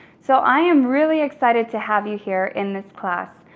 so i am really excited to have you here in this class.